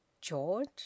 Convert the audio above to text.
George